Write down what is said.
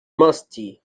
musty